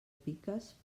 piques